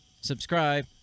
subscribe